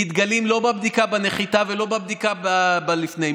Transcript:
מתגלים לא בבדיקה בנחיתה ולא בבדיקה לפני,